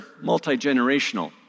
multi-generational